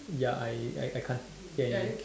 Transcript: ya I I I can't ya ya I